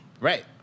Right